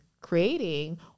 creating